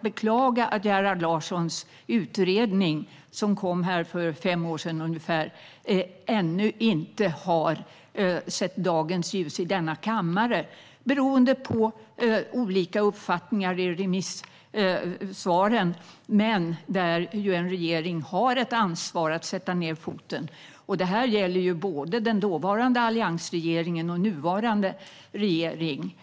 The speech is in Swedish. beklagar att Gerhard Larssons utredning, som kom för ungefär fem år sedan, ännu inte har sett dagens ljus i denna kammare. Det beror på olika uppfattningar i remissvaren. Men en regering har ansvar för att sätta ned foten. Det gäller både alliansregeringen och nuvarande regering.